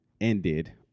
ended